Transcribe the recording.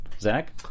Zach